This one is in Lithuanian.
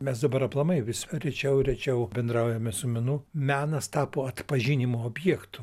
mes dabar aplamai vis rečiau ir rečiau bendraujame su menu menas tapo atpažinimo objektu